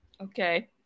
Okay